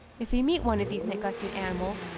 if you meet one of these neglected animals,